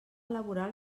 laboral